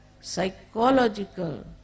psychological